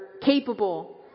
capable